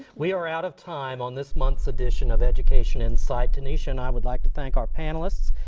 we are out of time on this month's edition of education insight. tanisha and i would like to thank our panelists.